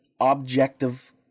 objective